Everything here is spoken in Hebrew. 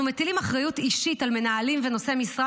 אנחנו מטילים אחריות אישית על מנהלים ונושאי משרה